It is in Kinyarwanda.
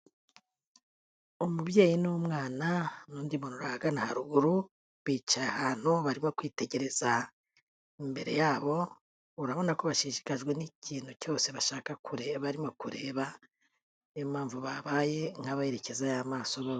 Umubyeyi n'umwana n'undi muntu uri ahagana haruguru, bicaye ahantu barimo kwitegereza imbere yabo, urabona ko bashishikajwe n'ikintu cyose bashaka kureba, barimo kureba. Niyo impamvu babaye nk'abrekezayo amaso.